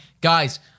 Guys